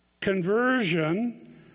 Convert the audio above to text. conversion